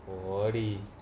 worthy